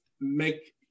make